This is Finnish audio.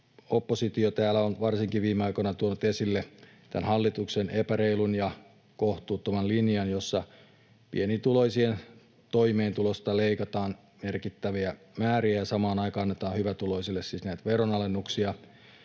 oppositio täällä on varsinkin viime aikoina tuonut esille tämän hallituksen epäreilun ja kohtuuttoman linjan, jossa pienituloisten toimeentulosta leikataan merkittäviä määriä ja samaan aikaan annetaan hyvätuloisille veronalennuksia.